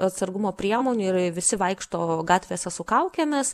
atsargumo priemonių ir ir visi vaikšto gatvėse su kaukėmis